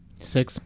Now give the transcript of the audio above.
six